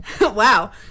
Wow